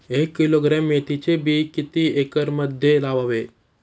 एक किलोग्रॅम मेथीचे बी किती एकरमध्ये लावावे?